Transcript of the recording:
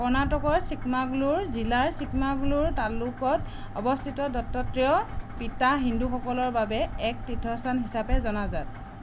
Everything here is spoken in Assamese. কৰ্ণাটকৰ চিকমাগলুৰ জিলাৰ চিকমাগলুৰ তালুকত অৱস্থিত দত্তত্ৰেয় পীটা হিন্দুসকলৰ বাবে এক তীৰ্থস্থান হিচাপে জনাজাত